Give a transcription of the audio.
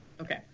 Okay